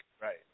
right